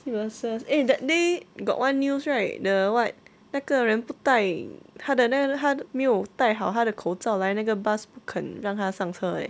nonsense eh that day got one news right the what 那个人不带他的那个他没有带好他的口罩来那个 bus 不肯让他上车 eh